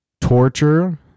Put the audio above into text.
torture